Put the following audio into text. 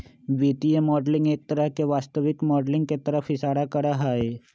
वित्तीय मॉडलिंग एक तरह से वास्तविक माडलिंग के तरफ इशारा करा हई